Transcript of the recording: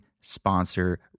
sponsor